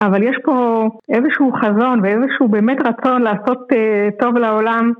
אבל יש פה איזשהו חזון ואיזשהו באמת רצון לעשות טוב לעולם.